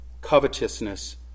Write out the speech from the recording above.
covetousness